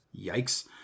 yikes